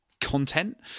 content